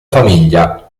famiglia